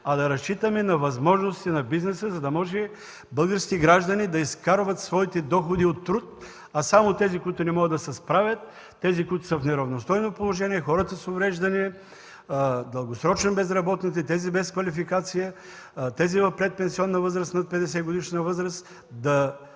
а да разчитаме на възможностите на бизнеса, за да може българските граждани да изкарват своите доходи от труд, а само тези, които не могат да се справят, тези, които са в неравностойно положение – хората с увреждане, дългосрочно безработните, тези без квалификация, тези в предпенсионна възраст над 50-годишна възраст да бъдат